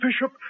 Bishop